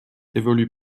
évolue